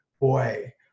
boy